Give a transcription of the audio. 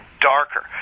darker